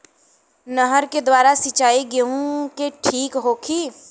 नहर के द्वारा सिंचाई गेहूँ के ठीक होखि?